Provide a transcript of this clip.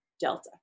Delta